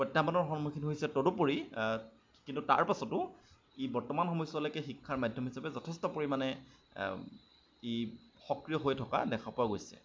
প্ৰত্যাহ্বানৰ সন্মুখীন হৈছে তদুপৰি কিন্তু তাৰ পাছতো ই বৰ্তমান সময়ছোৱালৈকে শিক্ষাৰ মাধ্যম হিচাপে যথেষ্ট পৰিমাণে ই সক্ৰিয় হৈ থকা দেখা পোৱা গৈছে